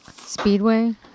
Speedway